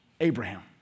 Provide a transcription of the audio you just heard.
Abraham